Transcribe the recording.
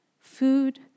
Food